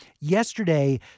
Yesterday